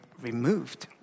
removed